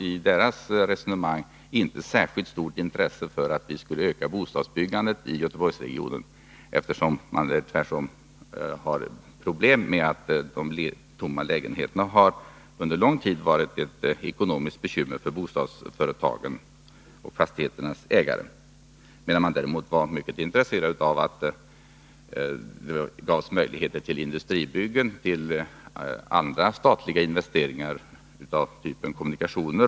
I deras resonemang fanns inte särskilt stort intresse för att öka bostadsbyggandet i Göteborgsregionen, eftersom man där har problem med tomma lägenheter, som under lång tid har varit ett ekonomiskt bekymmer för bostadsföretagen och fastighetsägarna. Däremot var de mycket intresserade av att det gavs möjligheter till industribyggen och till statliga investeringar av typen kommunikationer.